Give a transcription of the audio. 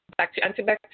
antibacterial